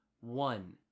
one